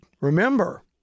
Remember